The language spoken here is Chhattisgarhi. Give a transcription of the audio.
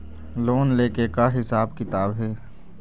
लोन ले के का हिसाब किताब हे?